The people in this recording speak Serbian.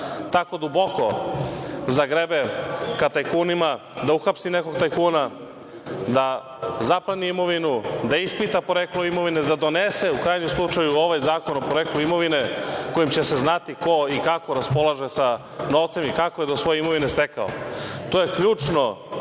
tako duboko zagrebe ka tajkunima, da uhapsi nekog tajkuna, da zapleni imovinu, da ispita poreklo imovine, da donese u krajnjem slučaju ovaj Zakon o poreklu imovine kojim će se znati ko i kako raspolaže sa novcem i kako je do svoje imovine stekao. To je ključno,